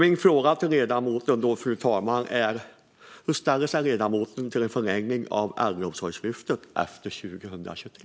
Hur ställer sig ledamoten till en förlängning av Äldreomsorgslyftet efter 2023?